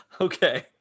Okay